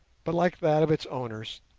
but like that of its owners,